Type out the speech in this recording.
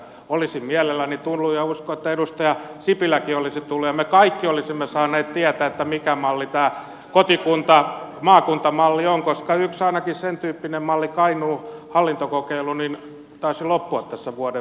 olisin mielelläni tullut ja uskon että edustaja sipiläkin olisi tullut ja me kaikki olisimme saaneet tietää mikä malli tämä kotikuntamaakunta malli on koska ainakin yksi sentyyppinen malli kainuun hallintokokeilu taisi loppua tässä vuodenvaihteessa